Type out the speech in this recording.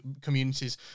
communities